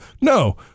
No